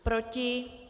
Proti?